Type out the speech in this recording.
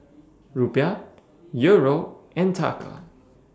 Rupiah Euro and Taka